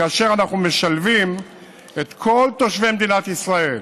כאשר אנחנו משלבים את כל תושבי מדינת ישראל,